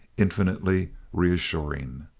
infinitely reassuring.